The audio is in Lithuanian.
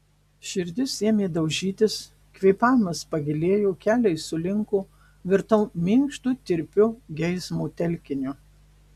širdis ėmė daužytis kvėpavimas pagilėjo keliai sulinko virtau minkštu tirpiu geismo telkiniu